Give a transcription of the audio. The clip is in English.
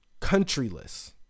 countryless